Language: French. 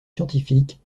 scientifiques